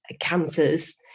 cancers